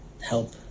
help